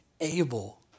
able